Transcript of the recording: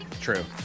True